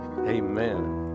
Amen